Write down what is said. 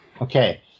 Okay